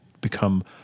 become